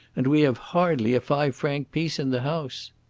and we have hardly a five-franc piece in the house.